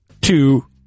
two